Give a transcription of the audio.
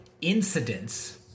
incidents